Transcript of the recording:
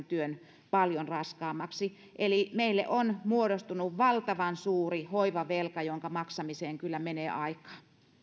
työn paljon raskaammaksi meille on muodostunut valtavan suuri hoivavelka jonka maksamiseen kyllä menee aikaa